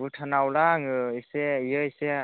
भुटानावब्ला आङो एसे बेयाव एसे